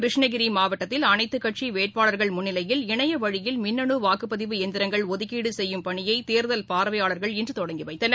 கிருஷ்ணகிரிமாவட்டத்தில் அனைத்துக் கட்சிவேட்பாளர்கள் முன்னிலையில் இணயவழியில் மின்னனுவாக்குப்பதிவு இயந்திரங்கள் ஒதுக்கீடுசெய்யும் பணியைதேர்தல் பார்வையாளர்கள் இன்றுதொடங்கிவைத்தனர்